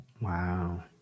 Wow